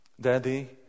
Daddy